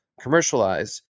commercialize